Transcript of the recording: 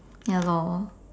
ya lor